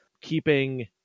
keeping